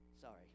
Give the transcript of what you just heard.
Sorry